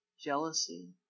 jealousy